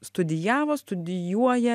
studijavo studijuoja